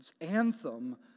anthem